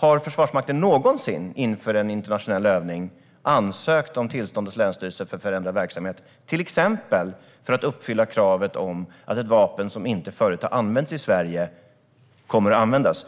för om Försvarsmakten inför en internationell övning någonsin har ansökt om tillstånd hos länsstyrelsen för förändrad verksamhet - till exempel för att uppfylla kravet om att ett vapen som inte förut har använts i Sverige kommer att användas?